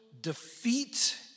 defeat